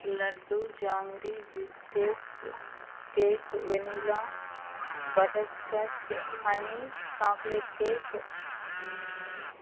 laddu jangri biscuits cake vanilla butterscotch honey chocolate cake